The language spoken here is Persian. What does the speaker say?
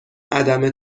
عدم